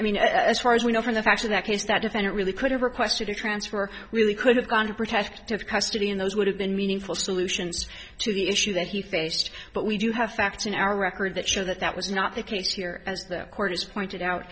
i mean as far as we know from the facts in that case that defendant really could have requested a transfer or we could have gone to protective custody and those would have been meaningful solutions to the issue that he faced but we do have facts in our record that show that that was not the case here as the court has pointed out